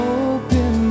open